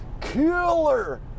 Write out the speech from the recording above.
killer